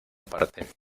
parte